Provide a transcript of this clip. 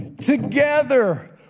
together